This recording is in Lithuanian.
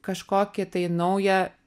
kažkokį tai naują